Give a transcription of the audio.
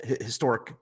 historic